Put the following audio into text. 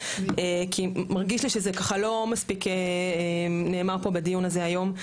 כי מרגיש לי שזה ככה לא מספיק נאמר פה בדיון הזה היום.